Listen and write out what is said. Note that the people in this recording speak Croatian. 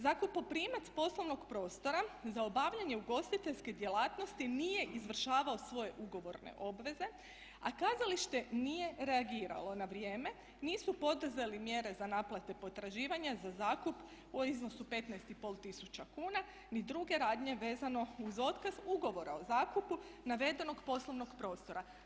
Zakupoprimac poslovnog prostora za obavljanje ugostiteljske djelatnosti nije izvršavao svoje ugovorne obveze a kazalište nije reagiralo na vrijeme, nisu poduzeli mjere za naplatu potraživanja, za zakup u iznosu 15,5 tisuća kuna ni druge radnje vezano uz otkaz ugovora o zakupu navedenog poslovnog prostora.